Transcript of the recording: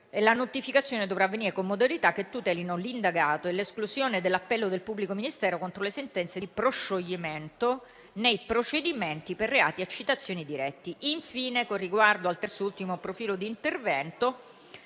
la notificazione dovrà avvenire con modalità che tutelino l'indagato e l'esclusione dell'appello del pubblico ministero contro le sentenze di proscioglimento nei procedimenti per reati a citazione diretta. Infine, con riguardo al terzo e ultimo profilo di intervento,